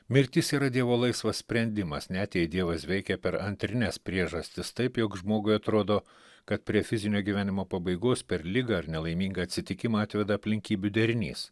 mirtis yra dievo laisvas sprendimas net jei dievas veikia per antrines priežastis taip jog žmogui atrodo kad prie fizinio gyvenimo pabaigos per ligą ar nelaimingą atsitikimą atveda aplinkybių derinys